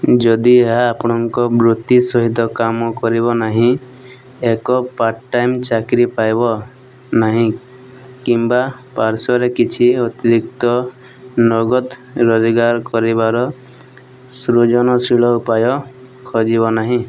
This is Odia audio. ଯଦି ଏହା ଆପଣଙ୍କ ବୃତ୍ତି ସହିତ କାମ କରିବନାହିଁ ଏକ ପାର୍ଟ ଟାଇମ ଚାକିରି ପାଇବନାହିଁ କିମ୍ବା ପାର୍ଶ୍ୱରେ କିଛି ଅତିରିକ୍ତ ନଗଦ ରୋଜଗାର କରିବାର ସୃଜନଶୀଳ ଉପାୟ ଖୋଜିବ ନାହିଁ